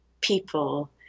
people